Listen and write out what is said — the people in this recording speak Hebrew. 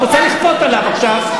את רוצה לשלוט עליו עכשיו,